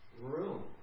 room